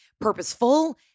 purposeful